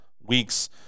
weeks